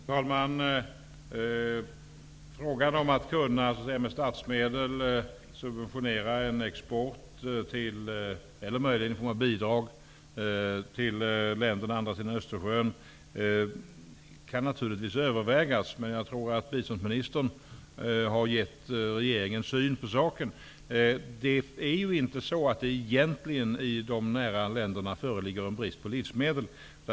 Herr talman! Frågan om att med statsmedel subventionera export eller möjligen någon form av bidrag till länder på andra sidan Östersjön kan naturligtvis övervägas. Jag tror dock att biståndsministern har gett regeringens syn på saken. I de näraliggande länderna föreligger det egentligen inte brist på livsmedel.